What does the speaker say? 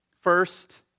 First